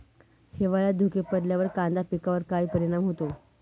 हिवाळ्यात धुके पडल्यावर कांदा पिकावर काय परिणाम होतो?